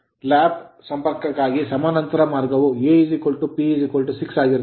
ಆದ್ದರಿಂದ lap lap ಸಂಪರ್ಕಕ್ಕಾಗಿ ಸಮಾನಾಂತರ ಮಾರ್ಗವು A P 6 ಆಗಿರುತ್ತದೆ